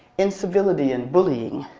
incivility and bullying,